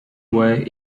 way